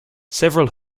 several